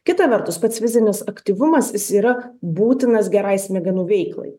kita vertus pats fizinis aktyvumas jis yra būtinas gerai smegenų veiklai